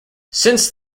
since